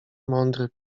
mądry